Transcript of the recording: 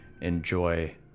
enjoy